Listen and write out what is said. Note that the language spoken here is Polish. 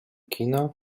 kina